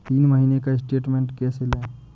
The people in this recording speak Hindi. तीन महीने का स्टेटमेंट कैसे लें?